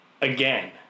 Again